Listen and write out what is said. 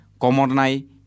Komornai